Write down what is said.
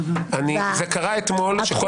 זה קרה אתמול.